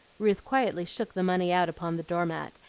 ruth quietly shook the money out upon the door-mat,